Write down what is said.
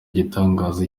igitangaza